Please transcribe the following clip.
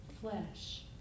flesh